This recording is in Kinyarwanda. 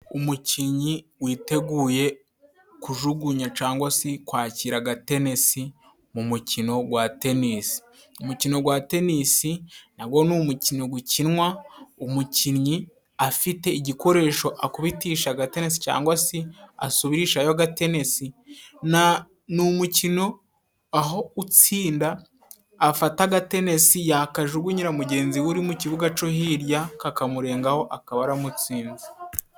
Umukinnyi witeguye kujugunya cyangwa se kwakira agatenesi mu mukino gwa tenisi. Umukino gwa tenisi na go ni umukino gukinwa umukinnyi afite igikoresho akubitisha agatenesi, cyangwa si asubirishayo agatenesi. Ni umukino aho utsinda afata agatenesi, yakajugunyira mugenzi we uri mu kibuga co hirya kamurengaho akaba aramutsinze.